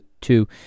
two